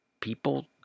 people